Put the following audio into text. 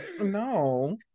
No